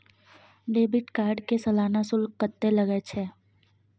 Debit card के सालाना शुल्क कत्ते लगे छै?